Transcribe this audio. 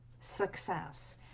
success